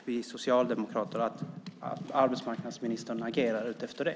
Vi socialdemokrater förväntar oss att arbetsmarknadsministern agerar efter det.